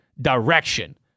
direction